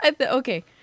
Okay